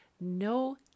no